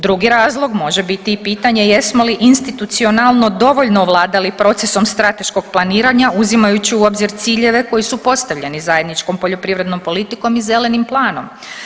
Drugi razlog može biti i pitanje jesmo li institucionalno dovoljno ovladali procesom strateškog planiranja uzimajući u obzir ciljeve koji su postavljeni zajedničkom poljoprivrednom politikom i zelenim planom.